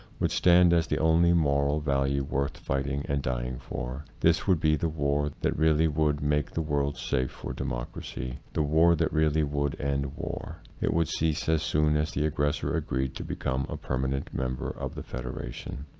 would stand as the only moral value worth fighting and dying for. this would be the war that really would make the world safe for democracy, the war that really would end war. it would cease as soon as the aggressor agreed to become a permanent member of the federation.